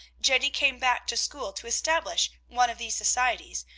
jenny came back to school to establish one of these societies,